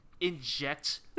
inject